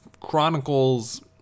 chronicles